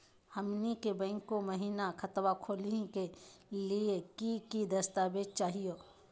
हमनी के बैंको महिना खतवा खोलही के लिए कि कि दस्तावेज चाहीयो?